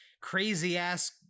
crazy-ass